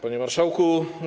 Panie Marszałku!